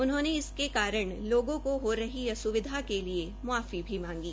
उन्होंने इसके कारण लोगों को हो रही अस्विधा के लिए माफी भी मांगी